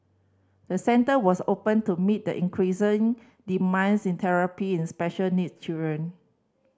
the centre was opened to meet the increasing demands in therapy special needs children